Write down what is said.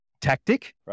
tactic